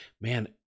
man